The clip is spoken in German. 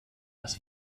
das